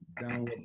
down